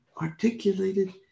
articulated